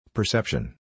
Perception